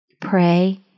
Pray